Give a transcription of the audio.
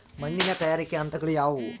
ಮಣ್ಣಿನ ತಯಾರಿಕೆಯ ಹಂತಗಳು ಯಾವುವು?